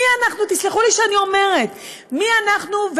מי אנחנו,